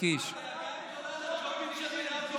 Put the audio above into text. הדאגה הגדולה לג'ובים של מרב מיכאלי.